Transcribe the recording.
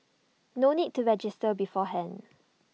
no need to register beforehand